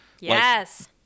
yes